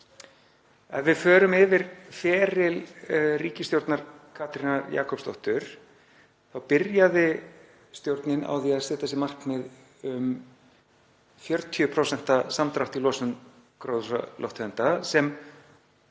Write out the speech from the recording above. Ef við förum yfir feril ríkisstjórnar Katrínar Jakobsdóttur þá byrjaði stjórnin á því að setja sér markmið um 40% samdrátt í losun gróðurhúsalofttegunda.